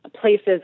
places